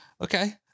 Okay